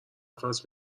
نفس